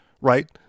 right